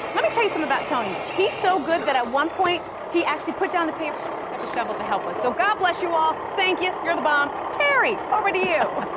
let me tell you something about tony. he's so good that at one point, he actually put down the pavers and picked up a shovel to help us. so god bless you all! thank you! you're the bomb! terry, over to you.